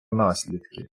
наслідки